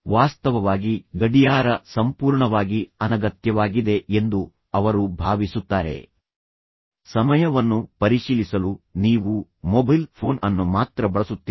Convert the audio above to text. ವಾಸ್ತವವಾಗಿಗಡಿಯಾರ ಸಂಪೂರ್ಣವಾಗಿ ಅನಗತ್ಯವಾಗಿದೆ ಎಂದು ಅವರು ಭಾವಿಸುತ್ತಾರೆ ಸಮಯವನ್ನು ಪರಿಶೀಲಿಸಲು ನೀವು ಮೊಬೈಲ್ ಫೋನ್ ಅನ್ನು ಮಾತ್ರ ಬಳಸುತ್ತೀರಿ